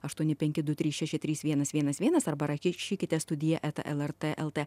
aštuoni penki du trys šeši trys vienas vienas vienas arba ra rašykite studija eta lrt lt